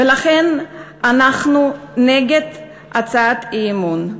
ולכן אנחנו נגד הצעת האי-אמון.